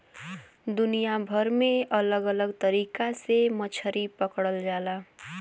दुनिया भर में अलग अलग तरीका से मछरी पकड़ल जाला